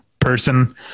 person